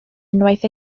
unwaith